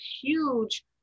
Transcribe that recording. huge